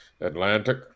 Atlantic